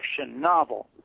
novel